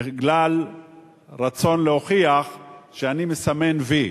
בגלל רצון להוכיח שאני מסמן "וי".